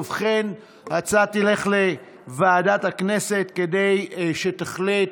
ובכן, ההצעה תלך לוועדת הכנסת כדי שתחליט.